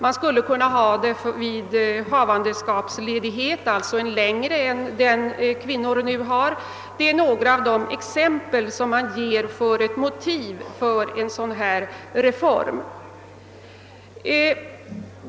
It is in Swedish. Man skulle kunna sammankoppla den med havandeskapsledighet, alltså få en längre ledighet än kvinnor nu har. Detta är ett par av de exempel man ger som motiv för reformen.